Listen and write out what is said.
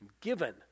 Given